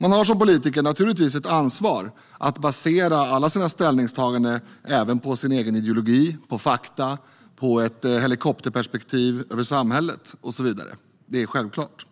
Man har som politiker naturligtvis ett ansvar att basera alla sina ställningstaganden även på sin egen ideologi, på fakta, på ett helikopterperspektiv över samhället, och så vidare. Det är självklart,